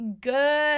good